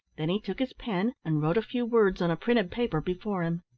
then he took his pen and wrote a few words on a printed paper before him.